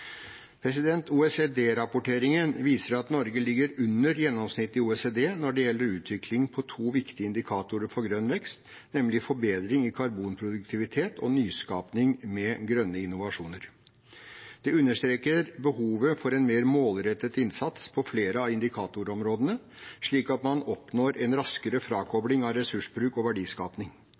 viser at Norge ligger under gjennomsnittet i OECD når det gjelder utviklingen på to viktige indikatorer for grønn vekst, nemlig forbedring i karbonproduktivitet og nyskaping med grønne innovasjoner. Det understreker behovet for en mer målrettet innsats på flere av indikatorområdene, slik at man oppnår en raskere frakopling av ressursbruk og